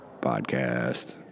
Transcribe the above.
podcast